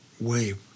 wave